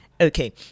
okay